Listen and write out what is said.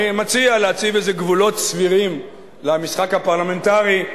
אני מציע לשים גבולות סבירים למשחק הפרלמנטרי,